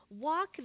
walk